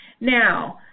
Now